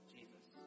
Jesus